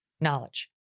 knowledge